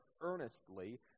earnestly